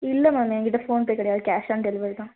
இல்லை மேம் என் கிட்டே ஃபோன்பே கிடையாது கேஷ் ஆன் டெலிவரி தான்